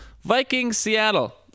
Vikings-Seattle